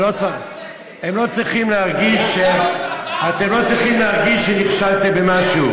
הם לא יצליחו להעביר את זה.